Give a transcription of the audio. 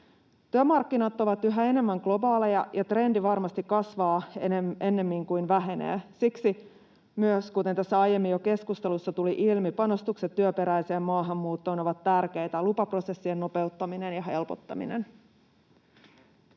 Työmarkkinat ovat yhä enemmän globaaleja, ja trendi varmasti kasvaa ennemmin kuin vähenee. Siksi myös, kuten tuossa aiemmin jo keskustelussa tuli ilmi, panostukset työperäiseen maahanmuuttoon ovat tärkeitä, lupaprosessien nopeuttaminen ja helpottaminen.